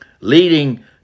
leading